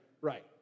Right